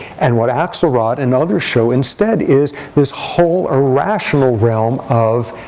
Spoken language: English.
and what axelrod and others show, instead, is this whole irrational realm of,